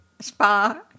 spa